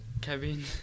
cabin